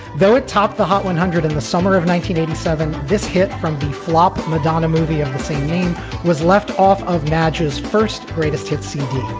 though it topped the hot one hundred in the summer of nineteen eighty seven. this hit from b flop madonna movie of the same name was left off of maja's first greatest hits